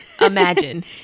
Imagine